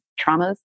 traumas